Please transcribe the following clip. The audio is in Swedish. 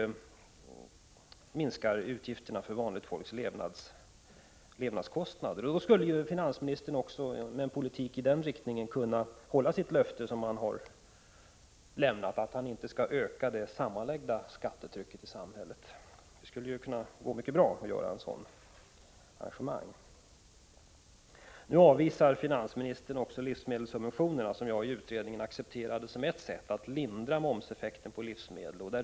1985/86:40 utgifterna för vanligt folks levnadskostnader. Med en politik i den riktningen 29 november 1985 skulle finansministern kunna hålla det löfte han givit, nämligen att han ite. Z— — skall öka det sammanlagda skattetrycket i samhället. Nu avvisar finansministern också tanken på livsmedelssubventioner, som jagiutredningen accepterade som ett sätt att lindra effekterna av livsmedelsmomsen.